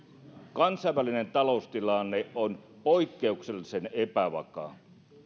kansainvälinen taloustilanne on poikkeuksellisen epävakaa